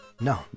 No